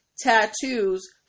tattoos